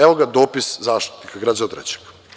Evo ga dopis Zaštitnika građana od trećeg.